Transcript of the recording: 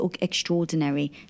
extraordinary